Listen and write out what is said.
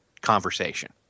conversation